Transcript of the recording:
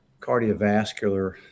cardiovascular